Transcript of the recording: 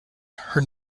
her